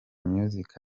music